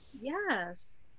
Yes